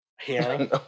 Hearing